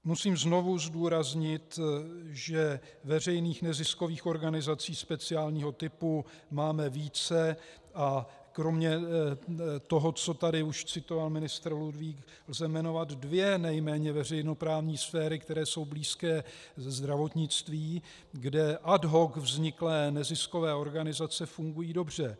Musím znovu zdůraznit, že veřejných neziskových organizací speciálního typu máme více, a kromě toho, co tady už citoval ministr Ludvík, lze jmenovat dvě nejméně veřejnoprávní sféry, které jsou blízké zdravotnictví, kde ad hoc vzniklé neziskové organizace fungují dobře.